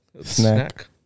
Snack